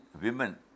women